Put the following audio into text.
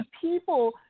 people